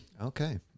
okay